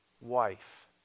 wife